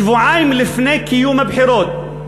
שבועיים לפני קיום הבחירות,